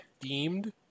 themed